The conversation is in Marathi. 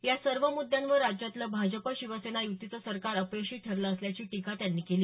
या सर्व मुद्यांवर राज्यातलं भाजपा शिवसेना युतीचं सरकार अपयशी ठरलं असल्याची टीका त्यांनी केली